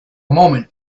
moment